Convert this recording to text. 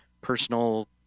personal